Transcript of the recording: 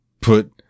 put